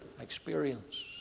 experience